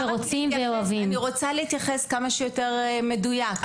ורוצים ואוהבים.) אני רוצה להתייחס כמה שיותר מדויק.